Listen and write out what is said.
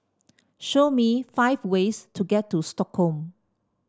show me five ways to get to Stockholm